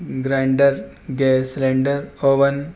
grinder gas cylinder oven